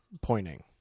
pointing